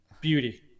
Beauty